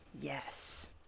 Yes